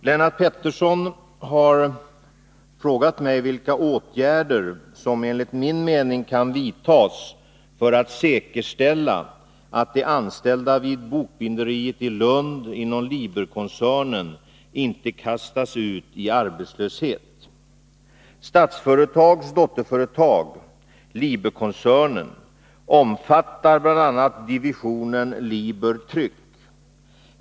Herr talman! Lennart Pettersson har frågat mig vilka åtgärder som enligt min mening kan vidtas för att säkerställa att de anställda vid Liberkoncernens bokbinderi i Lund inte kastas ut i arbetslöshet. Statsföretags dotterföretag Liber-koncernen omfattar bl.a. divisionen LiberTryck.